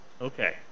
Okay